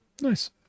Nice